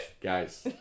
Guys